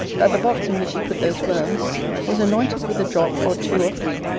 that the box in which he put those worms was anointed with a drop, or two or three,